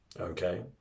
okay